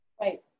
Right